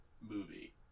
movie